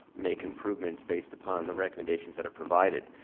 make improvements based upon the recommendations that are provided.